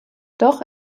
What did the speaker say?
doch